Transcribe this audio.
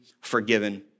forgiven